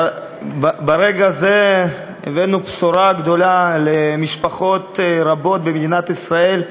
ברגע זה הבאנו בשורה גדולה למשפחות רבות במדינת ישראל,